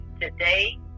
Today